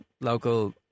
local